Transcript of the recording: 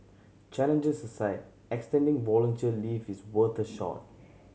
challenges aside extending volunteer leave is worth a shot